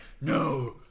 no